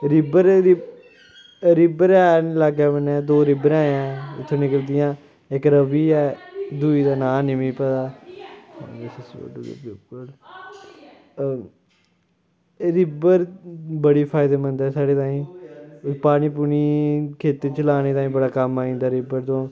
river दे river ऐ लाग्गै बन्नै दो रिवर ऐ उत्थूं निकलदियां इक रावी ऐ दुई दा नांऽ ऐनी मिगी पता होर रिवर बड़ी फायदेमंद ऐ साढ़े ताईं पानी पूनी खेत्तें च लाने ताईं बड़ा कम्म आई जंदा रिवर चों